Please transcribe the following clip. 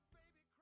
baby